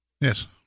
Yes